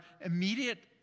immediate